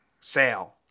Sale